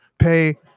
Pay